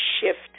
shift